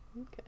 okay